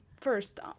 First